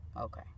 Okay